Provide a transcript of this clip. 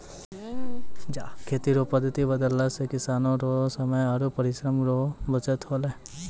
खेती रो पद्धति बदलला से किसान रो समय आरु परिश्रम रो बचत होलै